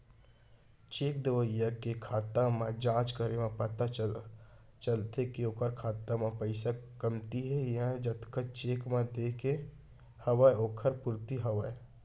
cheque देवइया के खाता म जाँच करे म पता चलथे के ओखर खाता म पइसा कमती हे या जतका चेक म देय के हवय ओखर पूरति हवय